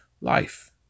life